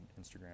Instagram